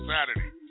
Saturday